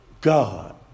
God